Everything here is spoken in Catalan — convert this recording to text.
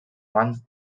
mans